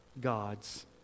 God's